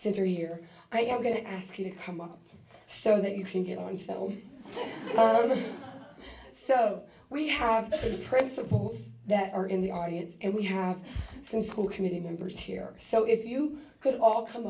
center here i am going to ask you to come so that you can get on film so we have principles that are in the audience and we have some school committee members here so if you could all come